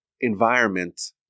environment